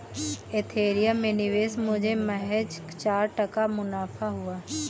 Ethereum में निवेश मुझे महज चार टका मुनाफा हुआ